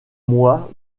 mois